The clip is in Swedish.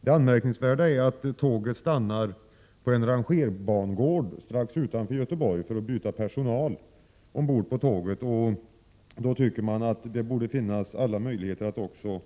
Det anmärkningsvärda är att tåget stannar på en rangerbangård strax utanför Göteborg, för att byta personal. Man tycker att det då borde finnas alla möjligheter att också